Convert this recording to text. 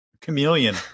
Chameleon